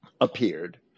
appeared